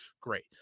great